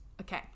Okay